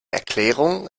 erklärung